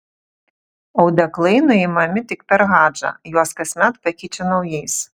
audeklai nuimami tik per hadžą juos kasmet pakeičia naujais